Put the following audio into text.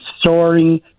soaring